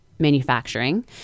manufacturing